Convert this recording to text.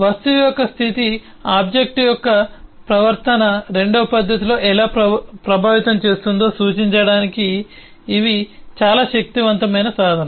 వస్తువు యొక్క స్థితి ఆబ్జెక్ట్ యొక్క ప్రవర్తనను రెండవ పద్ధతిలో ఎలా ప్రభావితం చేస్తుందో సూచించడానికి ఇవి చాలా శక్తివంతమైన సాధనం